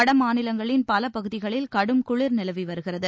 வட மாநிலங்களின் பல பகுதிகளில் கடும் குளிர் நிலவி வருகிறது